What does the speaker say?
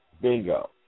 Bingo